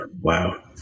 Wow